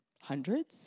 hundreds